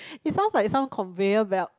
it sounds like some conveyor belt